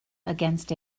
against